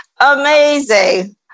amazing